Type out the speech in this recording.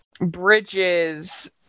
bridges